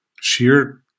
sheer